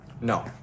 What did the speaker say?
No